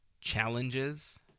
challenges